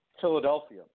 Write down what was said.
Philadelphia